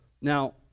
Now